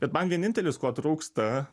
bet man vienintelis ko trūksta